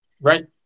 Right